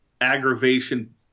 aggravation